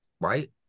right